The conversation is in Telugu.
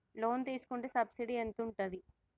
లోన్ తీసుకుంటే సబ్సిడీ ఎంత ఉంటది?